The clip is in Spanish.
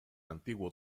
antiguo